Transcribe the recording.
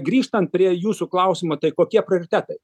grįžtant prie jūsų klausimo tai kokie prioritetai